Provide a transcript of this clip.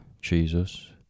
Jesus